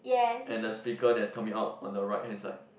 and the speaker that's coming out on the right hand side